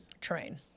Train